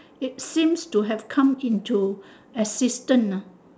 it seems to have come into existence ah